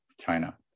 China